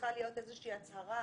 צריכה להיות איזושהי הצהרה